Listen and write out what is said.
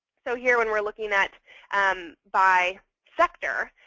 so here when we're looking at um by sector,